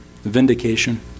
vindication